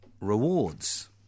rewards